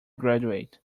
graduate